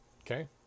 Okay